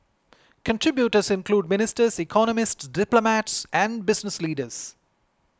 contributors include ministers economists diplomats and business leaders